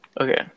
Okay